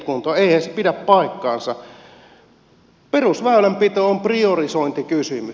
eihän se pidä paikkaansa perusväylänpito on priorisointikysymys